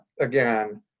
again